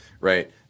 right